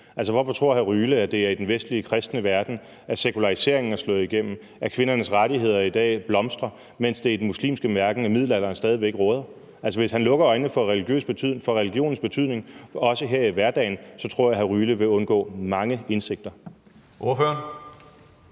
Alexander Ryle, at det er i den vestlige, kristne verden, at sekulariseringen er slået igennem, og at kvindernes rettigheder i dag blomstrer, mens det i den muslimske verden er middelalderens værdier, der stadig råder? Hvis han lukker øjnene for religionens betydning, også her i hverdagen, tror jeg, at hr. Alexander Ryle vil gå glip af mange indsigter. Kl.